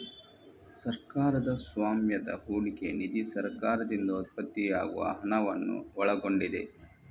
ಸರ್ಕಾರದ ಸ್ವಾಮ್ಯದ ಹೂಡಿಕೆ ನಿಧಿ ಸರ್ಕಾರದಿಂದ ಉತ್ಪತ್ತಿಯಾಗುವ ಹಣವನ್ನು ಒಳಗೊಂಡಿದೆ